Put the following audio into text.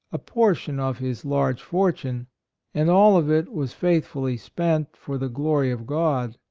a portion of his large fortune and all of it was faithfully spent for the glory of god,